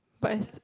but it's